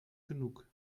genug